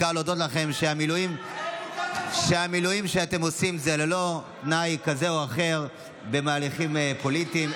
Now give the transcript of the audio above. על שהמילואים שאתם עושים הם ללא תנאי כזה או אחר במהלכים פוליטיים,